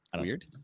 weird